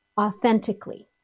authentically